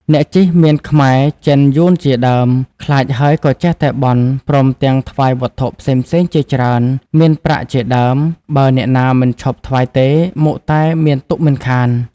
អ្នកជិះមានខ្មែរ-ចិនយួន ជាដើម ខ្លាចហើយក៏ចេះតែបន់ ព្រមទាំងថ្វាយវត្ថុផ្សេងៗជាច្រើន មានប្រាក់ជាដើម បើអ្នកណាមិនឈប់ថ្វាយទេ មុខតែមានទុក្ខមិនខាន ។